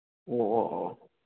ꯑꯣ ꯑꯣ ꯑꯣ